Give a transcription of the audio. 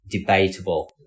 debatable